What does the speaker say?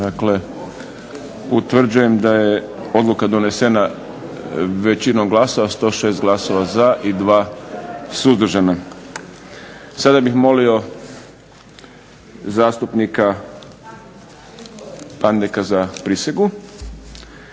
Utvrđujem da je odluka donesena većinom glasova 106 glasa za i 2 suzdržana. Sada bih molio zastupnika Pandeka za prisegu.